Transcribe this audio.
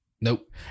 Nope